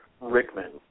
Rickman